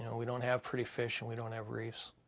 and we don't have pretty fish and we don't have reefs,